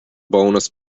bonus